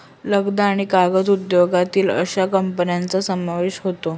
लगदा आणि कागद उद्योगातील अश्या कंपन्यांचा समावेश होता